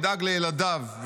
תדאג לילדיו,